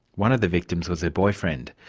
one of the victims was her boyfriend.